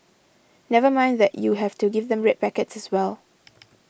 never mind that you have to give them red packets as well